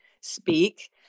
speak